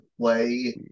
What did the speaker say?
play